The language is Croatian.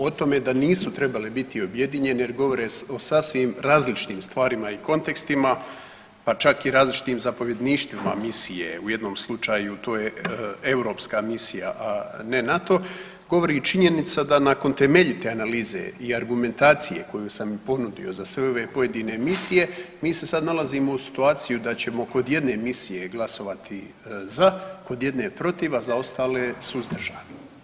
O tome da nisu trebale biti objedinjene jer govore o sasvim različitim stvarima i kontekstima, pa čak i različitim zapovjedništvima misije, u jednom slučaju to je europska misija, a ne NATO, govori činjenica da nakon temeljite analize i argumentacije koju sam ponudio za sve ove pojedine misije mi se sad nalazimo u situaciji da ćemo kod jedne misije glasovati za, kod jedne protiv, a za ostale suzdržani.